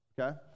okay